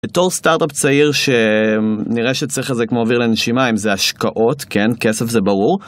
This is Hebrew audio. בתור סטארט-אפ צעיר שנראה שצריך זה כמו אוויר לנשימה אם זה השקעות כן כסף זה ברור.